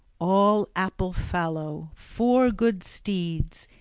all apple-fallow, four good steeds,